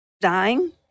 dying